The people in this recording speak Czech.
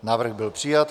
Návrh byl přijat.